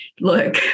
look